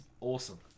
awesome